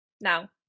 now